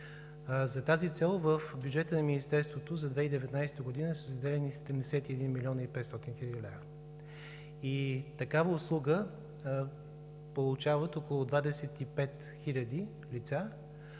За тази цел в бюджета на Министерството за 2019 г. са заделени 71 млн. 500 хил. лв. и такава услуга получават около 25 хиляди лица.